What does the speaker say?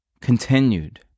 continued